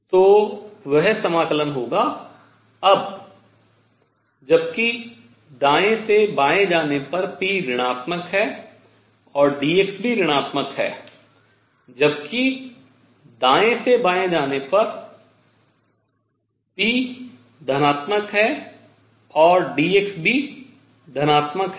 तो वह समाकलन होगा अब जबकि दाएँ से बाएँ जाने पर p ऋणात्मक है और dx भी ऋणात्मक है जबकि दाएँ से बाएँ जाने पर p धनात्मक है और dx भी धनात्मक है